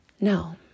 No